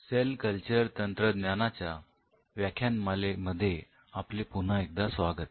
sale culture तंत्रज्ञानाच्या व्याख्यानमाले मध्ये आपले पुन्हा एकदा स्वागत